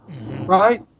right